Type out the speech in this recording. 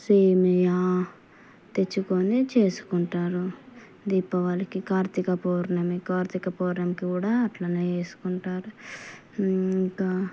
సేమియా తెచ్చుకొని చేసుకుంటారు దీపావళికి కార్తిక పౌర్ణమి కార్తిక పౌర్ణమికి కూడా అట్లనే చేసుకుంటారు ఇంకా